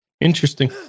Interesting